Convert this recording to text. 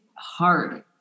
Hard